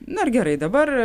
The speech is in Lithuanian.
na ir gerai dabar